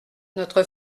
notre